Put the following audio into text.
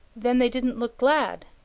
then they didn't look glad?